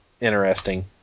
interesting